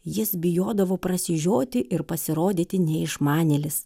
jis bijodavo prasižioti ir pasirodyti neišmanėlis